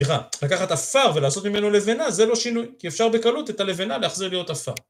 סליחה, לקחת עפר ולעשות ממנו לבנה, זה לא שינוי, כי אפשר בקלות את הלבנה להחזיר להיות עפר.